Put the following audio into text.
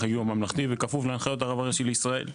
הגיור הממלכתי וכפוף להנחיות הרבנות הראשית לישראל,